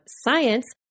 Science